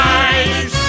eyes